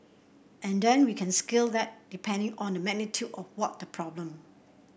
and then we can scale that depending on the magnitude of what problem